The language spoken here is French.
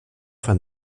fin